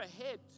ahead